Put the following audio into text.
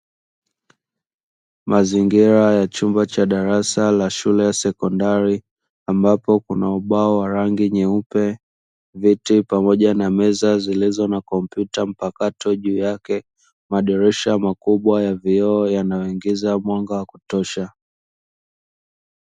Mazingira ya chumba cha darasa la shule ya sekondari, ambapo kuna ubao wa rangi nyeupe, viti pamoja na meza zilizo na kompyuta mpakato juu yake, madirisha makubwa ya vioo yanayoingiza mwanga wa kutosha.